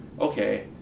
okay